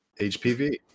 HPV